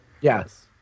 Yes